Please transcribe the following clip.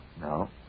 No